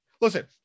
listen